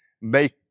make